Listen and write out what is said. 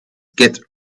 git